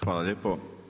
Hvala lijepo.